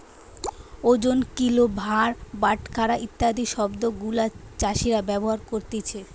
ওজন, কিলো, ভার, বাটখারা ইত্যাদি শব্দ গুলা চাষীরা ব্যবহার করতিছে